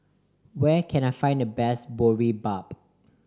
where can I find the best Boribap